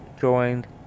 joined